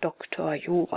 dr jur